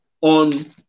on